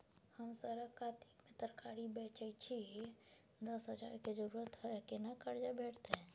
हम सरक कातिक में तरकारी बेचै छी, दस हजार के जरूरत हय केना कर्जा भेटतै?